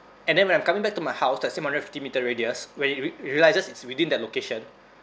and then when I'm coming back to my house let's say one hundred fifty metre radius where it rea~ realises it's within the location